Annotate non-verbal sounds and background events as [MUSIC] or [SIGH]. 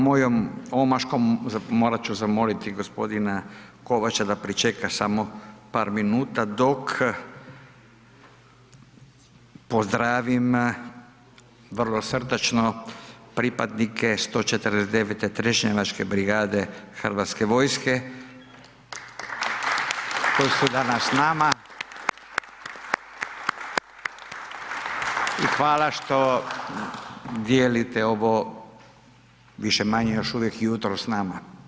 Mojom omaškom morati ću zamoliti gospodina Kovača da pričeka samo par minuta dok pozdravim vrlo srdačno pripadnike 149. trešnjevačke brigade Hrvatske vojske koji su danas s nama. [APPLAUSE] I hvala što dijelite ovo više-manje još uvijek jutro s nama.